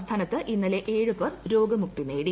സംസ്ഥാനത്ത് ഇന്നലെ ഏഴ് പ്പേർ ർോഗമുക്തി നേടി